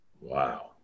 Wow